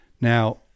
Now